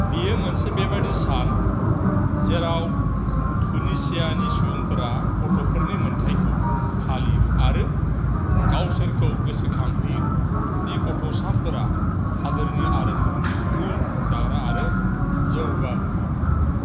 बेयो मोनसे बेबायदि सान जेराव तुनिसियानि सुबुंफोरा गथ'फोरनि मोन्थाइखौ फालियो आरो गावसोरखौ गोसो खांहोयो दि गथ'साफोरा हादोरनि आरो मुलुगनि इयुन दाग्रा आरो जौगाहोग्रा